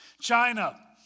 China